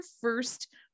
first